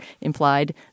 implied